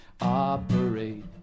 operate